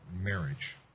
marriage